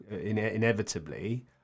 inevitably